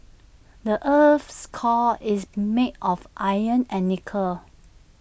the Earth's core is made of iron and nickel